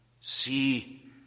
See